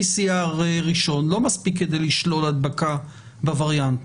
PCR ראשון לא מספיק כדי לשלול הדבקה בווריאנט,